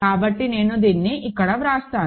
కాబట్టి నేను దీన్ని ఇక్కడ వ్రాస్తాను